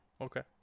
Okay